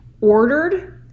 ordered